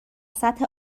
سطح